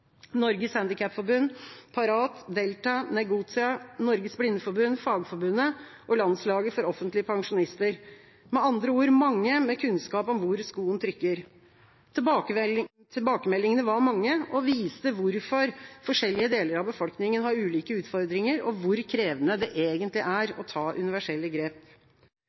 Norges Handikapforbund, Parat, Delta, Negotia, Norges Blindeforbund, Fagforbundet og Landslaget for offentlige pensjonister – med andre ord mange med kunnskap om hvor skoen trykker. Tilbakemeldingene var mange og viste hvorfor forskjellige deler av befolkningen har ulike utfordringer, og hvor krevende det egentlig er å ta universelle grep.